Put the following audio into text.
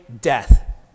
death